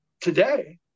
today